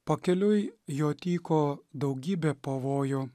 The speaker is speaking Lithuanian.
pakeliui jo tyko daugybė pavojų